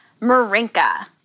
Marinka